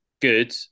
good